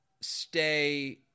stay